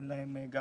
אין להם גם